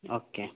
okay